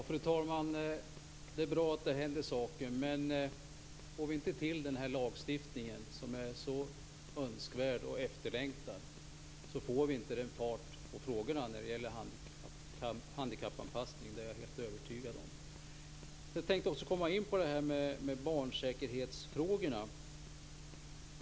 Fru talman! Det är bra att det händer saker, men om vi inte får till stånd den här lagstiftningen, som är så önskvärd och efterlängtad, får vi inte fart på handikappanpassningen. Det är jag helt övertygad om. Jag tänkte också gå in på detta med barnsäkerhetsfrågorna.